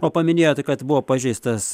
o paminėjote kad buvo pažeistas